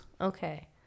okay